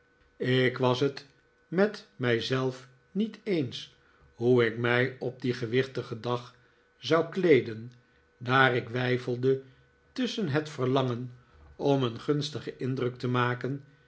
ik was het met mij zelf niet eens hoe ik mij op dien gewichtigen dag zou kleeden daar ik weifelde tusschen het verlangen om een gunstigen indruk te maken